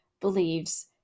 believes